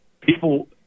people